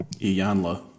Iyanla